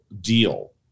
deal